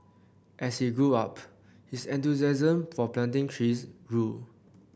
as he grew up his enthusiasm for planting trees grew